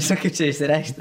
tiesiog kaip čia išsireikšti